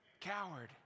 coward